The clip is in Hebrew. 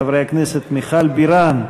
חברי הכנסת מיכל בירן,